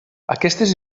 aquestes